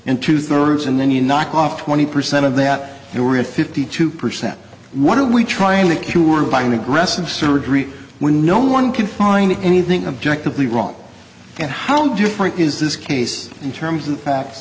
and two thirds and then you knock off twenty percent of that you were at fifty two percent what are we trying that cured by an aggressive surgery where no one can find anything objective the wrong and how different is this case in terms of facts